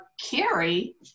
Carrie